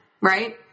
right